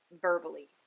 verbally